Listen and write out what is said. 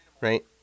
right